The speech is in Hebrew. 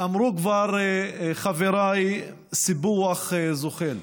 אמרו כבר חבריי: סיפוח זוחל.